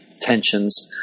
tensions